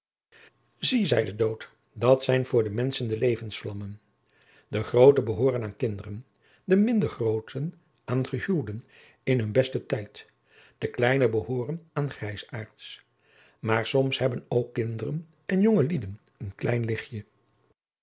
zie zei de dood dat zijn voor de menschen de levensvlammen de groote behooren aan kinderen de mindergroote aan gehuwden in hun besten tijd de kleine behooren aan grijsaards maar soms hebben ook kinderen en jonge lieden een klein lichtje